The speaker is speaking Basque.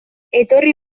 etorri